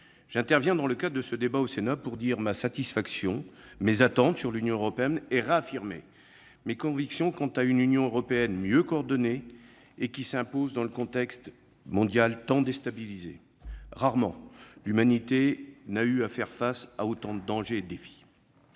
j'interviens dans le cadre de ce débat au Sénat pour dire ma satisfaction, exprimer mes attentes sur l'Union européenne et réaffirmer mes convictions quant à une Union européenne mieux coordonnée et qui s'impose dans un contexte mondial tant déstabilisé. Rarement l'humanité aura eu à faire face à autant de dangers et de défis